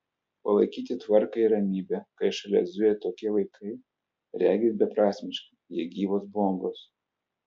palaikyti tvarką ir ramybę kai šalia zuja tokie vaikai regis beprasmiška jie gyvos bombos